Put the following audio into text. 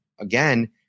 again –